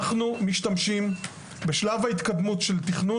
אנחנו משתמשים בשלב ההתקדמות של תכנון